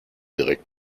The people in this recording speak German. direkt